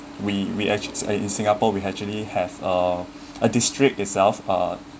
we we act~ in singapore we actually have uh a district itself uh